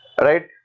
right